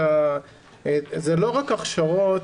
זה לא רק הכשרות